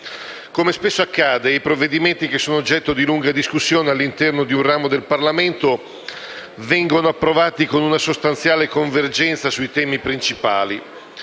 Come spesso accade, i provvedimenti che sono oggetto di lunga discussione all'interno di un ramo del Parlamento vengono approvati con una sostanziale convergenza sui temi principali.